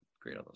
Great